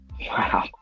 wow